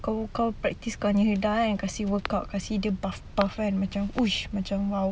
kau kau practise kau punya hilda kan kasi work out kasi dia buff buff kan macam macam !wow!